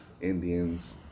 indians